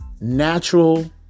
natural